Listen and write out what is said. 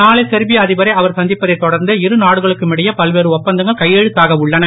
நானை செர்பிய அதிபரை அவர் சந்திப்பதைத் தொடர்ந்து இருநாடுகளுக்குமிடையே பல்வேறு ஒப்பந்தங்கள் கையெழுத்தாக உள்ளன